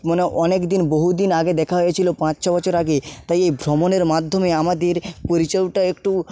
মানে অনেক দিন বহু দিন আগে দেখা হয়েছিলো পাঁচ ছ বছর আগে তাই এই ভ্রমণের মাধ্যমে আমাদের পরিচওটা একটু